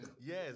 Yes